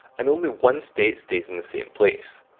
and only one state stays in the same place.